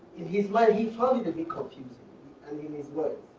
his way, he found it confusing and in his words,